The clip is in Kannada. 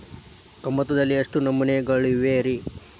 ಕಮತದಲ್ಲಿ ಎಷ್ಟು ನಮೂನೆಗಳಿವೆ ರಿ?